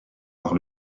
par